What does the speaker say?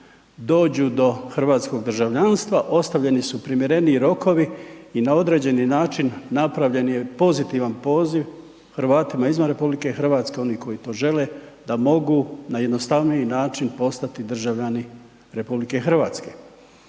dođu do hrvatskog državljanstva, ostavljeni su primjereniji rokovi i na određeni način napravljen je pozitivan poziv Hrvatima izvan RH, oni koji to žele da mogu na jednostavniji način postati državljani RH.